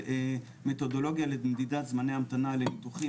מתודולוגיה למדידת זמני המתנה לניתוחים